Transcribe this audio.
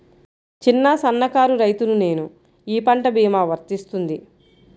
చిన్న సన్న కారు రైతును నేను ఈ పంట భీమా వర్తిస్తుంది?